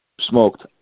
smoked